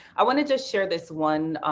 i want to just share this one